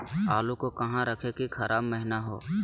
आलू को कहां रखे की खराब महिना हो?